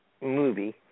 movie